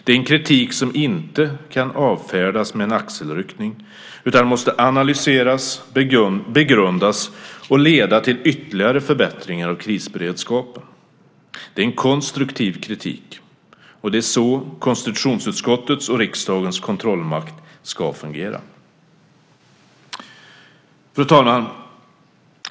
Det är en kritik som inte kan avfärdas med en axelryckning, utan måste analyseras, begrundas och leda till ytterligare förbättringar av krisberedskapen. Det är en konstruktiv kritik, och det är så konstitutionsutskottets och riksdagens kontrollmakt ska fungera. Fru talman!